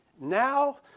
now